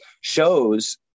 shows